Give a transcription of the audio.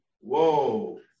Whoa